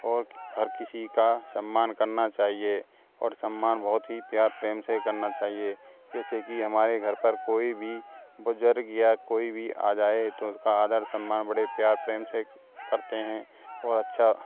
और हर किसी का सम्मान करना चाहिए और सम्मान बहुत ही प्यार प्रेम से करना चाहिए जैसे कि हमारे घर पर कोई भी बुज़ुर्ग या कोई भी आ जाए तो उस का आदर सम्मान बड़े प्यार प्रेम से करते हैं और अच्छा